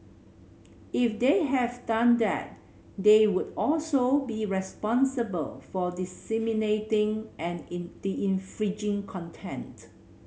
if they have done that they would also be responsible for disseminating an infringing content